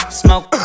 smoke